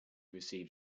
received